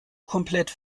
komplett